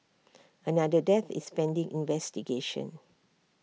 another death is pending investigation